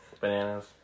bananas